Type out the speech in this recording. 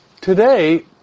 today